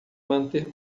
manter